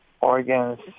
organs